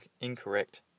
Incorrect